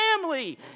family